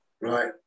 right